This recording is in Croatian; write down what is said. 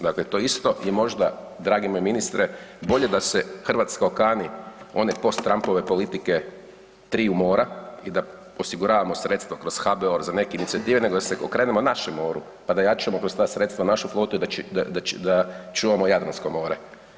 Dakle, to je isto možda dragi moj ministre bolje da se Hrvatska okani one post Trumpove politike triju mora i da osiguravamo sredstva kroz HBOR za neke inicijative nego da se okrenemo našem moru pa da jačamo kroz ta sredstva našu flotu i da čuvamo Jadransko more.